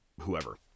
whoever